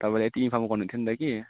तपाईँलाई यति इन्फर्म गर्नु थियो नि त कि